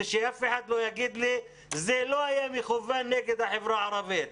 ושאף אחד לא יגיד לי שזה לא היה מכוון נגד החברה הערבית.